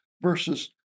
versus